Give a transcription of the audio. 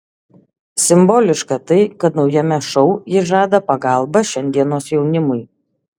simboliška tai kad naujame šou ji žada pagalbą šiandienos jaunimui